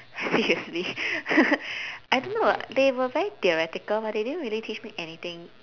seriously I don't know they were very theoretical but they didn't really teach me anything